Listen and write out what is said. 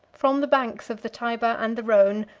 from the banks of the tyber and the rhone,